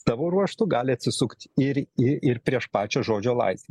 savo ruožtu gali atsisukti ir ir prieš pačią žodžio laisvę